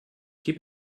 keep